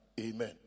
Amen